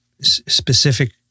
specific